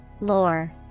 Lore